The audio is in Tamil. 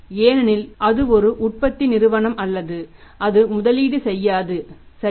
ஏனெனில் அது ஒரு உற்பத்தி நிறுவனம் அல்லது அது முதலீடு செய்யாது சரியா